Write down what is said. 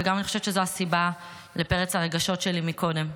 וגם אני חושבת שזו הסיבה לפרץ הרגשות שלי קודם.